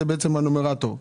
זה הנומרטור.